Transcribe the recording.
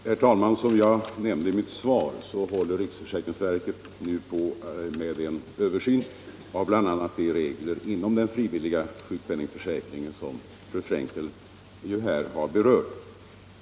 Herr talman! Som jag nämnde i mitt svar håller riksförsäkringsverket nu på med en översyn av bl.a. de regler inom den frivilliga sjukpenningförsäkringen som fru Frenkel här har berört.